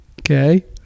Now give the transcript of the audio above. okay